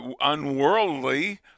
unworldly